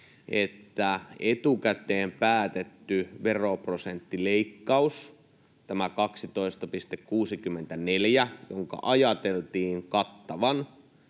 että etukäteen päätetyn veroprosenttileikkauksen, tämän 12,64:n, ajateltiin kattavan